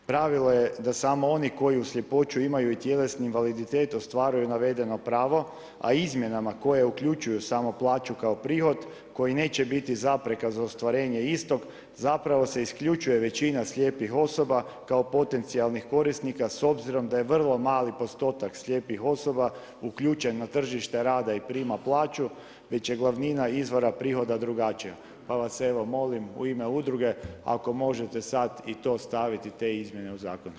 Pravilo je da samo oni koji uz slijepoću imaju i tjelesni invaliditet ostvaruju navedeno pravo a izmjenama koje uključuju samo plaću kao prihod koji neće biti zapreka za ostvarenje istog, zapravo se isključuje većina slijepih osoba kao potencijalnih korisnika s obzirom da je vrlo mali postotak uključen na tržište rada i prima plaću već je glavnina izvora prihoda drugačija, pa vas evo molim u ime udruge ako možete sad i to stavite te izmjene u zakon.